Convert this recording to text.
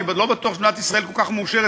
אני לא בטוח שמדינת ישראל כל כך מאושרת,